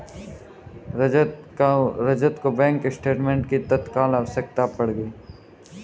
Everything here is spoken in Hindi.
रजत को बैंक स्टेटमेंट की तत्काल आवश्यकता पड़ गई है